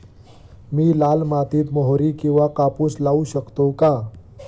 मी लाल मातीत मोहरी किंवा कापूस लावू शकतो का?